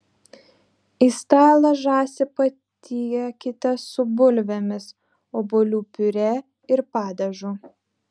į stalą žąsį patiekite su bulvėmis obuolių piurė ir padažu